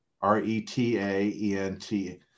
R-E-T-A-E-N-T